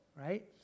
Right